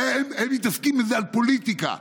והם מתעסקים בפוליטיקה.